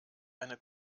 eine